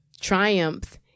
triumph